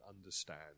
understand